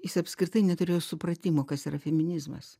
jis apskritai neturėjo supratimo kas yra feminizmas